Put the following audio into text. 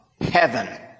heaven